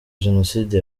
jenoside